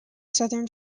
southern